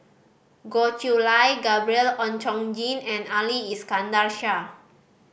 Goh Chiew Lye Gabriel Oon Chong Jin and Ali Iskandar Shah